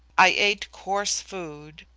i ate coarse food,